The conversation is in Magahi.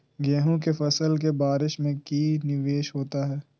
गेंहू के फ़सल के बारिस में की निवेस होता है?